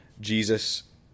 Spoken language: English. Jesus